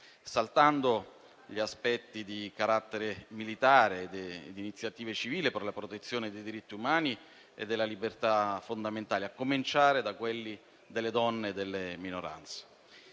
poi degli aspetti di carattere militare e di iniziativa civile per la protezione dei diritti umani e delle libertà fondamentali, a cominciare da quelli delle donne e delle minoranze.